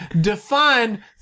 define